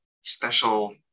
special